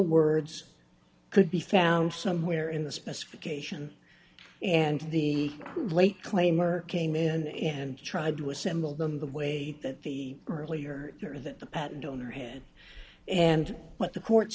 words could be found somewhere in the specification and the late claimer came in and tried to assemble them the way that the earlier or that the patent on their hand and what the court